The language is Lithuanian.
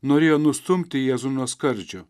norėjo nustumti jėzų nuo skardžio